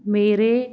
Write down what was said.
ਮੇਰੇ